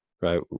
right